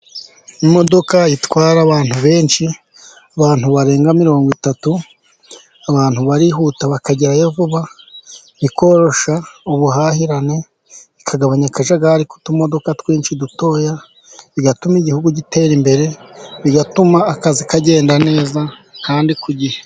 Imodoka itwara abantu benshi, abantu barenga mirongo itatu, abantu barihuta bakagerayo vuba, ikoroshya ubuhahirane, ikagabanya akajagari k'utumodoka twinshi dutoya, bigatuma igihugu gitera imbere, bigatuma akazi kagenda neza kandi ku gihe.